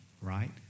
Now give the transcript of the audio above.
right